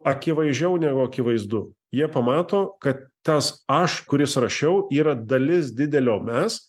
akivaizdžiau negu akivaizdu jie pamato kad tas aš kuris rašiau yra dalis didelio mes